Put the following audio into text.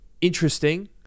interesting